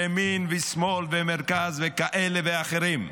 ימין ושמאל ומרכז וכאלה ואחרים,